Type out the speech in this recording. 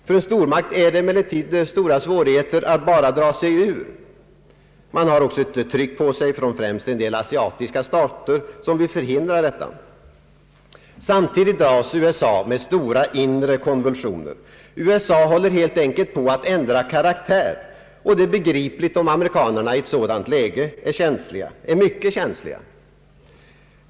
För en stormakt erbjuder det emellertid stora svårigheter bara dra sig ur. Man har också ett tryck på sig från främst en del asiatiska stater som vill förhindra detta. Samtidigt dras USA med stora inre konvulsioner. USA håller helt enkelt på att ändra karaktär, och det är begripligt om amerikanerna i ett sådant läge är mycket känsliga.